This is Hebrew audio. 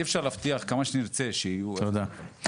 תודה.